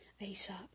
ASAP